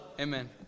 Amen